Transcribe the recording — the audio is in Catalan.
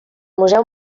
museu